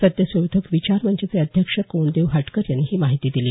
सत्यशोधक विचार मंचचे अध्यक्ष कोंडदेव हाटकर यांनी ही माहिती दिली